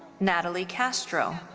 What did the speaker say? natalie castro.